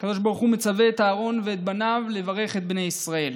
הקדוש ברוך הוא מצווה את אהרן ואת בניו לברך את בני ישראל.